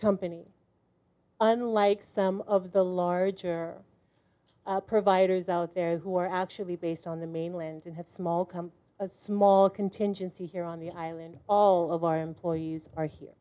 company unlike some of the larger providers out there who are actually based on the mainland and have small come of small contingency here on the island all of our employees are here